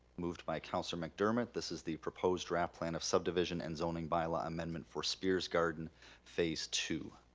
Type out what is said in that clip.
moved by councilor mcdermott this is the proposed draft plan of subdivision and zoning bylaw amendment for spears garden phase two.